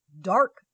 dark